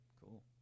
cool